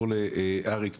ונראה איך אנחנו מתקדמים.